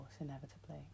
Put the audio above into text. inevitably